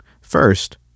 First